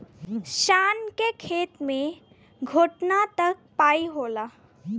शान के खेत मे घोटना तक पाई होला